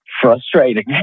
frustrating